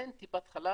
אין טיפת חלב